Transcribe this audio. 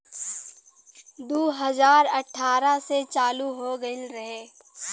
दू हज़ार अठारह से चालू हो गएल रहे